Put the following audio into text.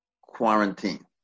quarantine